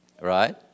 right